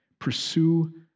Pursue